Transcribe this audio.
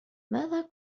ماذا